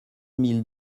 mille